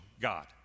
God